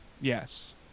Yes